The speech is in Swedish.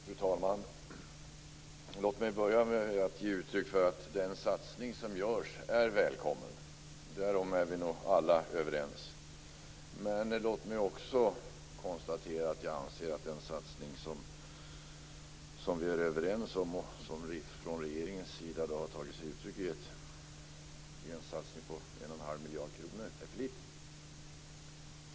Fru talman! Låt mig börja med att säga att den satsning som görs är välkommen. Därom är vi nog alla överens. Men låt mig också konstatera att jag anser att den satsning som vi är överens om och som från regeringens sida har tagit sig uttryck i en satsning på 1 1⁄2 miljard kronor är för liten.